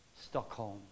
Stockholm